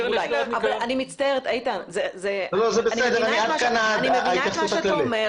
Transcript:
אבל אני מצטערת, איתן, אני מבינה את מה שאתה אומר